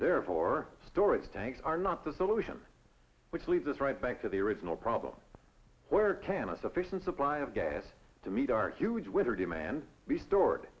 therefore storage tanks are not the solution which leads right back to the original problem where can a sufficient supply of gas to meet our huge winter demand be stored